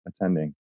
attending